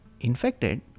infected